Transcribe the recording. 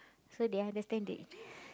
so they understand they